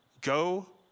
go